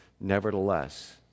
nevertheless